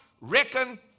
reckon